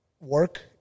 work